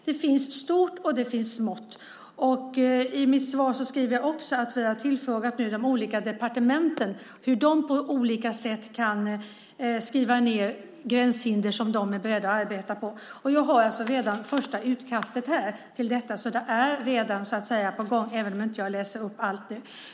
Det finns stort och det finns smått. I mitt svar skriver jag också att vi har frågat de olika departementen hur de på olika sätt kan skriva ned gränshinder som de är beredda att arbeta på. Jag har alltså redan det första utkastet till detta här, så det är redan på gång även om jag inte läser upp allt.